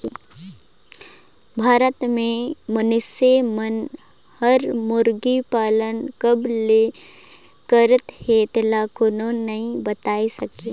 भारत के मइनसे मन हर मुरगी पालन कब ले करत हे तेला कोनो नइ बताय सके